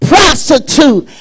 Prostitute